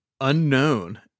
Unknown